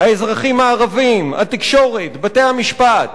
האזרחים הערבים, התקשורת, בתי-המשפט.